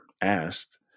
asked